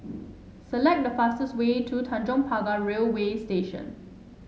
select the fastest way to Tanjong Pagar Railway Station